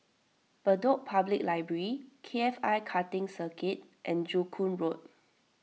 Bedok Public Library K F I Karting Circuit and Joo Koon Road